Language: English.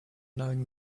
knowing